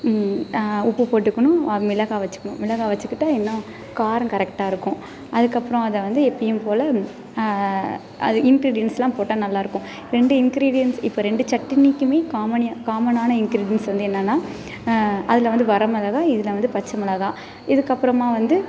உப்பு போட்டுக்கணும் மிளகாய் வச்சுக்கணும் மிளகாய் வச்சுக்கிட்டா இன்னும் காரம் கரெக்டாக இருக்கும் அதுக்கப்புறம் அதை வந்து எப்பயும் போல் அது இன்க்ரீடியன்ஸ்லாம் போட்டால் நல்லாயிருக்கும் ரெண்டு இன்க்ரீடியன்ஸ் இப்போ ரெண்டு சட்டினிக்கும் காமனான இன்க்ரீடியன்ஸ் வந்து என்னென்னா அதில் வந்து வரமிளகாய் இதில் வந்து பச்சை மிளகாய் இதுக்கப்புறமா வந்து